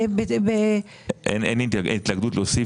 אין לי התנגדות להוסיף